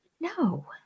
No